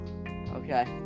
Okay